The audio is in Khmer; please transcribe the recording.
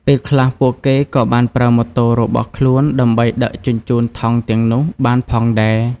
ពេលខ្លះពួកគេក៏បានប្រើម៉ូតូរបស់ខ្លួនដើម្បីដឹកជញ្ជូនថង់ទាំងនោះបានផងដែរ។